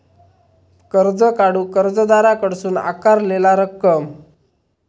कर्ज काढूक कर्जदाराकडसून आकारलेला रक्कम